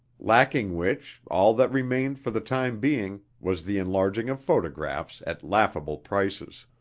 lacking which, all that remained for the time being was the enlarging of photographs at laughable prices.